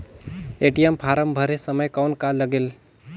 ATM form भरे समय कौन का लगेल?